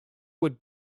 would